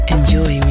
Enjoy